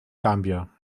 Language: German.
gambia